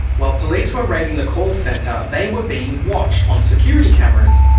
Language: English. while police were raiding the call centre they were being watched on security cameras.